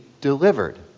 delivered